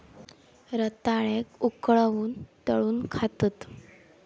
रताळ्याक उकळवून, तळून खातत